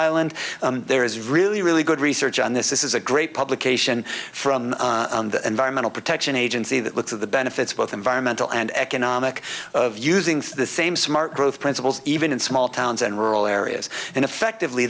island there is really really good research on this is a great publication from the environmental protection agency that looks of the benefits both environmental and economic of using the same smart growth principles even in small towns and rural areas and effectively